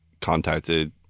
contacted